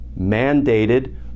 mandated